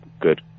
good